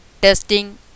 testing